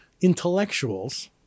intellectuals